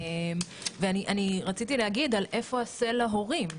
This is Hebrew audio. אני רציתי להגיד על איפה ה-SEL להורים?